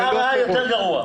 השר ראה נוסח יותר גרוע.